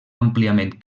àmpliament